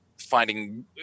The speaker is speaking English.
finding